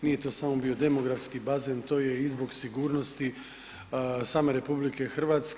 Nije to samo bio demografski bazen to je i zbog sigurnosti same RH.